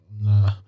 Nah